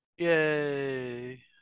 Yay